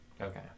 Okay